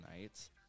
nights